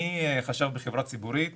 חשב בחברה ציבורית